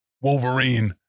Wolverine